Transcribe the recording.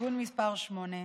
(תיקון מס' 8),